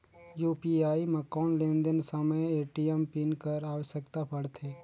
UPI म कौन लेन देन समय ए.टी.एम पिन कर आवश्यकता पड़थे?